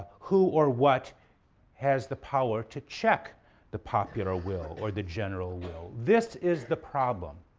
who or what has the power to check the popular will or the general will? this is the problem,